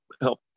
help